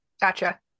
Gotcha